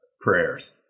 prayers